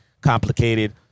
complicated